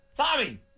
Tommy